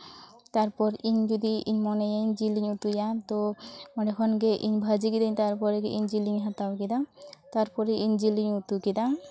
ᱛᱟᱨᱯᱚᱨ ᱤᱧ ᱡᱩᱫᱤ ᱢᱚᱱᱮᱭᱟᱹᱧ ᱤᱧ ᱡᱤᱞᱤᱧ ᱩᱛᱩᱭᱟ ᱛᱚ ᱚᱸᱰᱮ ᱠᱷᱚᱱ ᱜᱮ ᱤᱧ ᱵᱷᱟᱹᱡᱤ ᱠᱤᱫᱟᱹᱧ ᱛᱟᱨᱯᱚᱨᱮ ᱜᱮ ᱤᱧ ᱡᱤᱞᱤᱧ ᱦᱟᱛᱟᱣ ᱠᱮᱫᱟ ᱛᱟᱨᱯᱚᱨᱮ ᱤᱧ ᱡᱤᱞᱤᱧ ᱩᱛᱩ ᱠᱮᱫᱟ